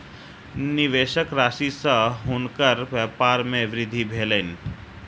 निवेश राशि सॅ हुनकर व्यपार मे वृद्धि भेलैन